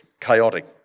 chaotic